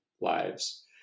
lives